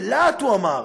בלהט הוא אמר: